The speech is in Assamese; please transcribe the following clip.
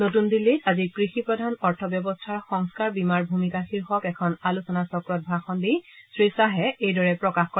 নতুন দিল্লীত আজি কৃষি প্ৰধান অৰ্থ ব্যৱস্থাৰ সংস্কাৰ বীমাৰ ভূমিকা শীৰ্যক এখন আলোচনা চক্ৰত ভাষণ দি শ্ৰীশ্বাহে এইদৰে প্ৰকাশ কৰে